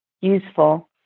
useful